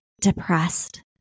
depressed